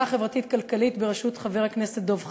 החברתית-כלכלית בראשות חבר הכנסת דב חנין.